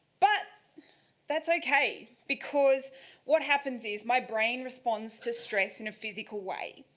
but that's ok, because what happens is, my brain response to stress in a physical way.